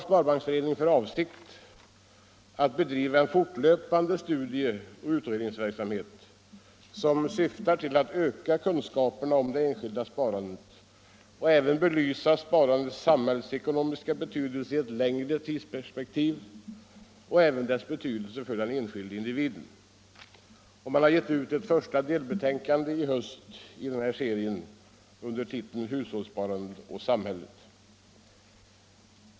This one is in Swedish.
Sparbanksföreningen har för avsikt att bedriva en fortlöpande studieoch utredningsverksamhet som syftar till att öka kunskaperna om det enskilda sparandet och belysa sparandets samhällsekonomiska betydelse i ett längre tidsperspektiv och dess betydelse för den enskilde individen. I den här serien har i höst ett första delbetänkande med titeln ”Hushållssparandet och samhället” publicerats.